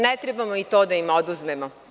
Ne trebamo i to da im oduzmemo.